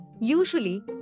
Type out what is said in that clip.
usually